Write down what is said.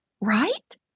right